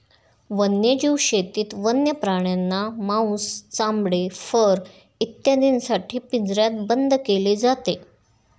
वन्यजीव शेतीत वन्य प्राण्यांना मांस, चामडे, फर इत्यादींसाठी पिंजऱ्यात बंद केले जाते